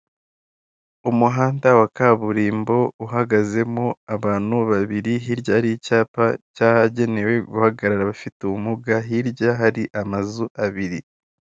Inzu mberabyombi, iteraniyemo abayobozi b'igihugu cyacu, imbere yabo bakaba bafashe amakaramu ndetse n'amakaye basa naho bari kwandika ibyo bari kubwirwa. Kumeza hakaba harambitse amacupa y'imitobe ndetse n'amazi, buri muyobozi wese imbere ye hakaba hari mikoro fone, ndetse hakaba hari n'igikoresho nsakazamashusho.